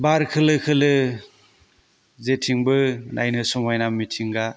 बार खोलो खोलो जेथिंबो नायनो समायना मिथिंगा